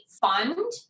fund